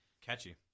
Catchy